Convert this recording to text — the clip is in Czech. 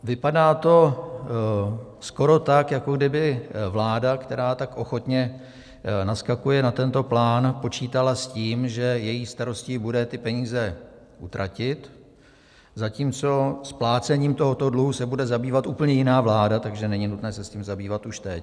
Vypadá to skoro tak, jako kdyby vláda, která tak ochotně naskakuje na tento plán, počítala s tím, že její starostí bude ty peníze utratit, zatímco splácením tohoto dluhu se bude zabývat úplně jiná vláda, takže není nutné se tím zabývat už teď.